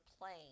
plane